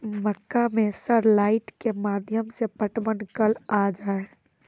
मक्का मैं सर लाइट के माध्यम से पटवन कल आ जाए?